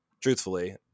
truthfully